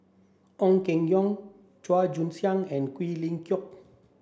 Ong Keng Yong Chua Joon Siang and Quek Ling Kiong